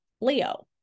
Leo